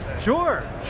Sure